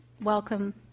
welcome